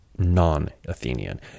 non-Athenian